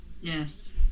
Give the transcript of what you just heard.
yes